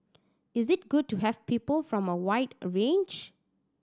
is it good to have people from a wide a range